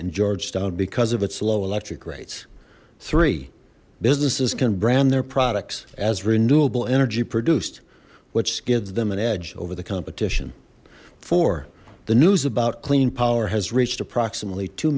in georgetown because of its low electric rates three businesses can brand their products as renewable energy produced which gives them an edge over the competition for the news about clean power has reached approximately two